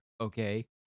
okay